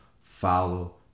follow